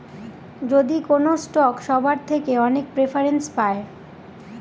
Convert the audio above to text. যদি কোনো স্টক সবার থেকে অনেক প্রেফারেন্স পায়